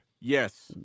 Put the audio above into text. Yes